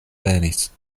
venis